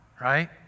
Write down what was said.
Right